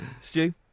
Stu